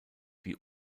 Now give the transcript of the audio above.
wie